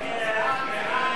נמנע?